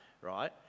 right